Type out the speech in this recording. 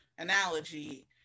analogy